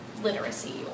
Literacy